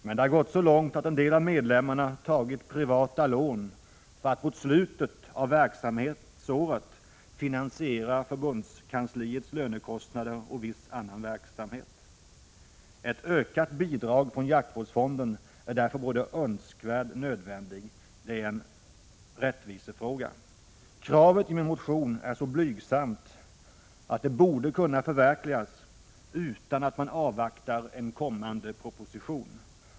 Men det har gått så långt att en del av medlemmarna tagit privata lån för att mot slutet av verksamhetsåret finansiera förbundskansliets lönekostnader och viss annan verksamhet. Ett ökat bidrag från jaktvårdsfonden är därför både önskvärt och nödvändigt — det är en rättvisefråga. Kravet i min motion är så blygsamt att det borde kunna uppfyllas utan att man avvaktar en kommande proposition.